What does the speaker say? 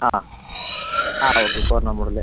ആ ആ ആ ഓക്കെ കുറഞ്ഞ മോഡല്